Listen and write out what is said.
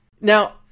Now